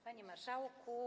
Panie Marszałku!